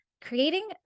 creating